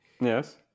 Yes